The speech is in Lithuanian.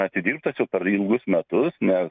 atidirbtas jau per ilgus metus nes